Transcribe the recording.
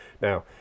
Now